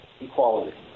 equality